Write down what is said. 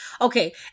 Okay